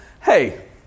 hey